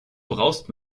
braust